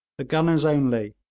the gunners only,